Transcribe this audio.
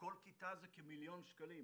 כל כיתה זה כמיליון שקלים.